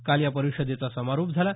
काल या परिषदेचा समारोप झाला